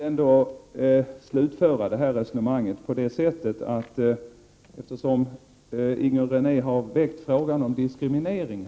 Fru talman! Jag vill ändå slutföra det här resonemanget. Inger René har väckt frågan om diskriminering.